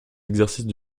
exercices